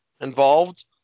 involved